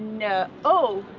na oh.